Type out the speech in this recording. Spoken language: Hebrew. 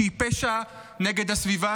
שהיא פשע נגד הסביבה,